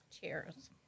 Cheers